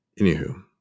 Anywho